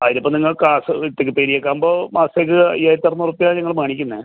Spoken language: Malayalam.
ആ ഇത് ഇപ്പോൾ നിങ്ങൾ ക്ലാസ് വിട്ട് പെരിയക്ക് ആവുമ്പോൾ മാസത്തേക്ക് അയ്യായിരത്തറുന്നൂറ് ഉർപ്യ ഞങ്ങൾ മേടിക്കുന്നത്